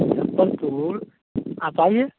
मुज़फ़्फ़रपुर आप आइए